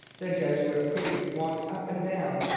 the jesuit priest walked up and down,